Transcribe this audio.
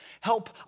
Help